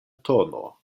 tono